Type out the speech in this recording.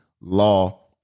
law